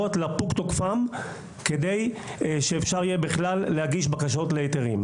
לפוג תוקפן כדי שאפשר יהיה להגיש בקשות להיתרים.